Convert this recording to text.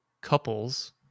couples